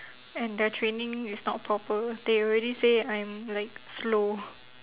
and their training is not proper [one] they already say I'm like slow